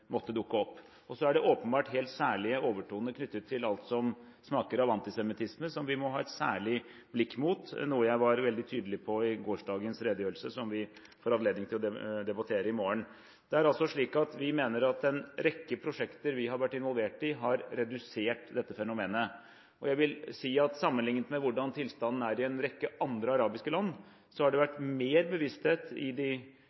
måtte dukke opp. Så er det åpenbart helt særlige overtoner knyttet til alt som smaker av antisemittisme, som vi må ha et særlig blikk mot, noe jeg var veldig tydelig på i gårsdagens redegjørelse, som vi får anledning til å debattere i morgen. Vi mener at en rekke prosjekter som vi har vært involvert i, har redusert dette fenomenet. Jeg vil si at sammenliknet med hvordan tilstanden er i en rekke andre arabiske land, har det